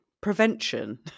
prevention